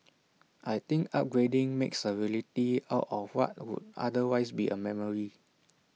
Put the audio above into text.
I think upgrading makes A reality out of what would otherwise be A memory